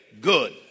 good